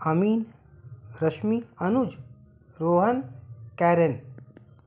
Amin Rashmi Anuj Rohan Karen